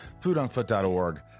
Foodonfoot.org